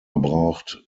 braucht